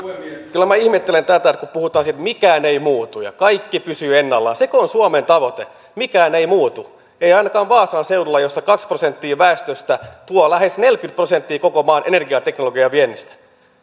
kyllä minä ihmettelen tätä kun puhutaan siitä että mikään ei muutu ja kaikki pysyy ennallaan sekö on suomen tavoite että mikään ei muutu ei ainakaan vaasan seudulla missä kaksi prosenttia väestöstä tuo lähes neljäkymmentä prosenttia koko maan energiateknologian viennistä